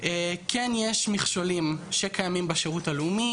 כן יש מכשולים שקיימים בשירות הלאומי,